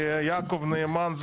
ויעקב נאמן,